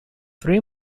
three